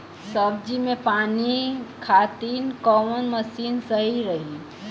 सब्जी में पानी खातिन कवन मशीन सही रही?